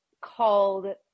called